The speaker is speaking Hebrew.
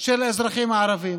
של האזרחים הערבים.